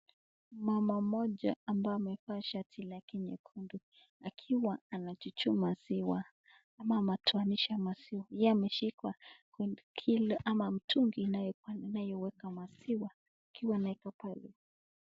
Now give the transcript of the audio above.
Mama mmoja ambaye amevaa shati lake nyekundu akiwa anachuja maziwa ama anatoanisha maziwa. Yeye ameshika kilo ama mtungi inayoweka maziwa akiwa anaweka pale.